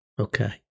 Okay